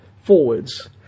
forwards